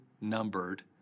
numbered